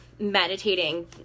Meditating